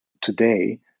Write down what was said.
today